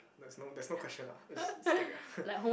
there's no there's no question ah is stick ah